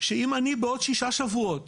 שאם אני בעוד שישה שבועות